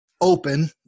open